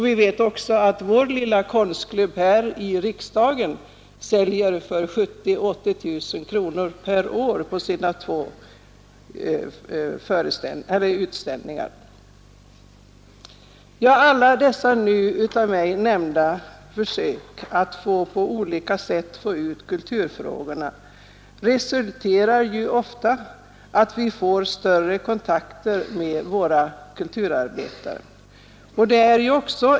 Vi vet också att vår lilla konstklubb här i riksdagen säljer för 70 000-80 000 kronor per år på sina två utställningar. De av mig nämnda försöken att på olika sätt få ut kulturfrågorna resulterar ofta i att vi får större kontakter med våra kulturarbetare.